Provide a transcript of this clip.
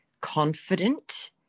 confident